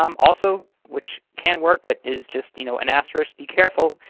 um also, which can work but is just you know an asterisk, be careful.